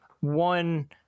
one